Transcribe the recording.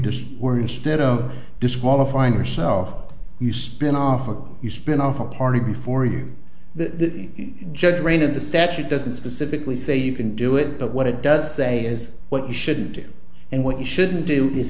just were instead of disqualifying yourself you spin off or you spin off a party before you the judge rein in the statute doesn't specifically say you can do it but what it does say is what you shouldn't do and what you shouldn't do is